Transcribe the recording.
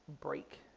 break